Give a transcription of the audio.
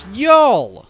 y'all